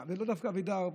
ולאו דווקא אבידר.